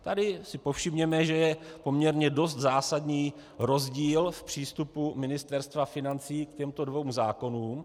Tady si povšimněme, že je poměrně dost zásadní rozdíl v přístupu Ministerstva financí k těmto dvěma zákonům.